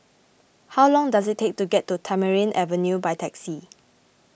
how long does it take to get to Tamarind Avenue by taxi